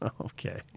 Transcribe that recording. Okay